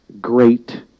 great